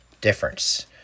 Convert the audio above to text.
difference